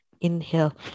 Inhale